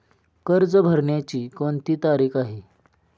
कर्ज भरण्याची कोणती तारीख आहे?